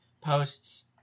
posts